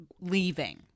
leaving